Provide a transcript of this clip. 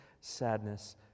sadness